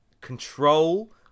control